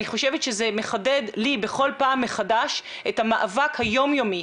אני חושבת שזה מחדד לי בכל פעם מחדש את המאבק היום-יומי,